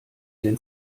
denn